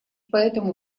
поэтому